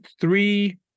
three